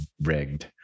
rigged